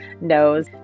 knows